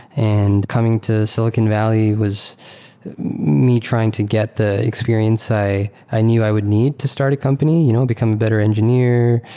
and coming to silicon valley was me trying to get the experience i i knew i would need to start a company. you know become a better engineer.